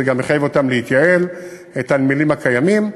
וזה גם מחייב את הנמלים הקיימים להתייעל.